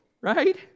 right